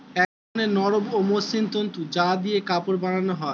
এক ধরনের নরম ও মসৃণ তন্তু যা দিয়ে কাপড় বানানো হয়